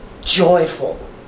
joyful